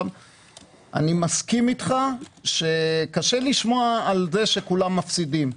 אני מסכים אתך שקשה לשמוע על כך שכולם מפסידים.